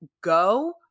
go